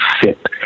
fit